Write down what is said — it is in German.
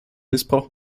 missbrauch